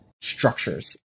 structures